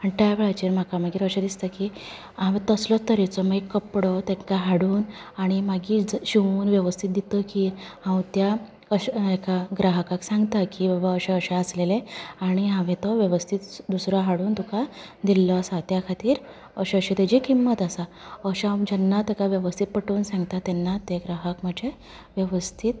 आनी त्या वेळाचेर म्हाका मागीर अशें दिसता की हांवे तसलेच तरेचो मागीर कपडो तेका हाडून आनी मागीर शिंवून वेवस्थीत दितगेर हांव त्या अहे हेका ग्राहकाक सांगता की बाबा अशें अशें आसलेलें आनी हांवे तो वेवस्थीत दुसरो हाडून तुका दिल्लो आसा त्या खातीर अशें अशें तेची किंमत आसा अशें हांव जेन्ना तेका वेवस्थीत पटोवन सांगता तेन्ना ते ग्राहक म्हाजें वेवस्थीत